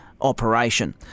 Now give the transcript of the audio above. operation